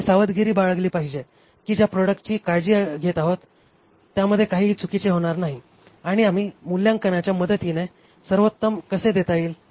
आम्ही सावधगिरी बाळगली पाहिजे की ज्या प्रॉडक्टची काळजी घेत आहोत त्यामध्ये काहीही चुकीचे होणार नाही आणि आम्ही मूल्यांकनाच्या मदतीने सवोत्तम कसे देता येईल